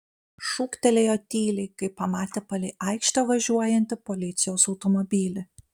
šūktelėjo tyliai kai pamatė palei aikštę važiuojantį policijos automobilį